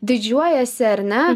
didžiuojiesi ar ne